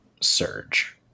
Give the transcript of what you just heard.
surge